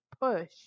push